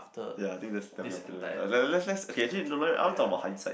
ya I think that's le~ le~ let's let's okay actually no I want to talk about hindsight